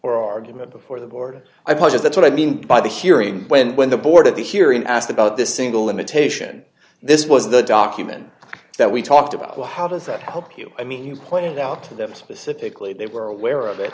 or argument before the board i pods that's what i mean by the hearing when when the board of the hearing asked about this single limitation this was the document that we talked about well how does that help you i mean you claim that out to them specifically they were aware of it